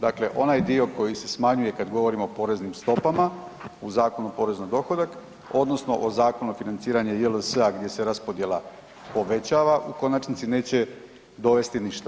Dakle, onaj dio koji se smanjuje kad govorimo o poreznim stopama u Zakonu o porezu na dohodak odnosno o Zakonu o financiranju JLS-a gdje se raspodjela povećava u konačnici neće dovesti ništa.